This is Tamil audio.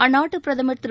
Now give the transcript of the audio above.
அந்நாட்டு பிரதமர் திரு